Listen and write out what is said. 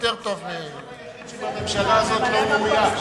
יותר טוב מ זה הג'וב היחיד שבממשלה הזאת לא מאויש.